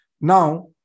Now